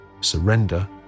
surrender